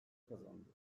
kazandı